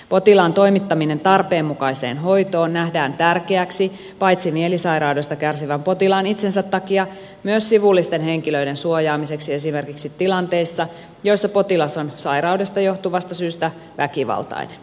potilaan toimittaminen tarpeen mukaiseen hoitoon nähdään tärkeäksi paitsi mielisairaudesta kärsivän potilaan itsensä takia myös sivullisten henkilöiden suojaamiseksi esimerkiksi tilanteissa joissa potilas on sairaudesta johtuvasta syystä väkivaltainen